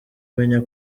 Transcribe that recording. menya